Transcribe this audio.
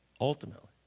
ultimately